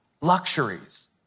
luxuries